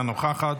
אינה נוכחת,